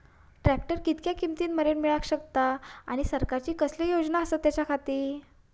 Tractor कितक्या किमती मरेन मेळाक शकता आनी सरकारचे कसले योजना आसत त्याच्याखाती?